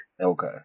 okay